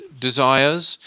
desires